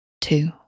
two